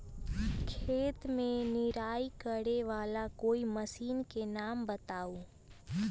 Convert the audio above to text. खेत मे निराई करे वाला कोई मशीन के नाम बताऊ?